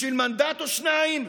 בשביל מנדט או שניים?